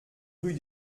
rue